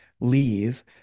leave